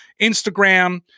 Instagram